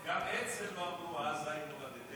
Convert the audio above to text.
גם אצ"ל לא אמרו "עזה היא מולדתנו",